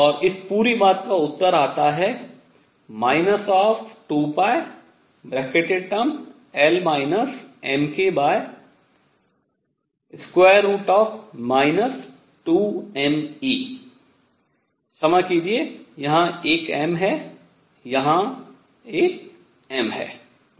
इस पूरी बात का उत्तर आता है 2π क्षमा कीजिये यहाँ एक m है यहाँ एक m है बस